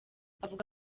avuga